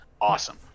awesome